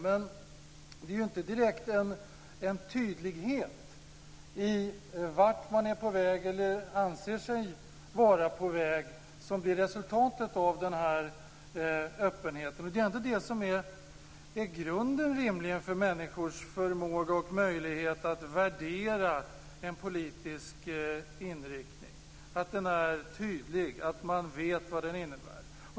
Men det är inte direkt någon tydlighet i fråga om vart man är på väg, eller anser sig vara på väg, som blir resultatet av den här öppenheten. Det är ändå det som rimligen är grunden för människors förmåga och möjlighet att värdera en politisk inriktning; att den är tydlig och att man vet vad den innebär.